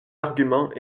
arguments